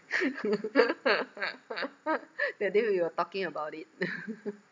that day we were talking about it